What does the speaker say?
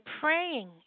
praying